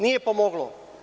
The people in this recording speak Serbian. Nije pomoglo.